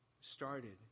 started